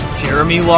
Jeremy